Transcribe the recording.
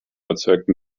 erzeugten